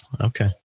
Okay